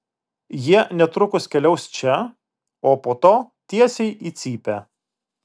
jie netrukus keliaus čia o po to tiesiai į cypę